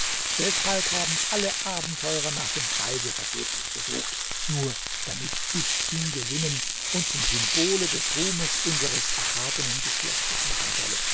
deshalb haben alle abenteurer nach dem preise vergeblich gesucht nur damit ich ihn gewinnen und zum symbole des ruhmes unseres erhabenen geschlechtes machen solle